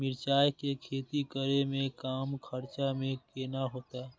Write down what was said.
मिरचाय के खेती करे में कम खर्चा में केना होते?